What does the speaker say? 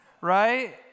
right